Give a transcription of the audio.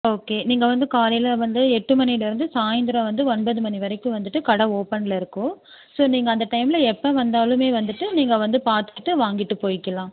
okay நீங்கள் வந்து காலையில் வந்து எட்டு மணிலிருந்து சாய்ந்தரம் வந்து ஒன்பது மணி வரைக்கும் வந்துட்டு கடை ஓப்பனில் இருக்கும் ஸோ நீங்கள் அந்த டைமில் எப்போ வந்தாலுமே வந்துட்டு நீங்கள் வந்து பார்த்துட்டு வாங்கிட்டு போய்க்கலாம்